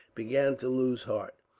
began to lose heart.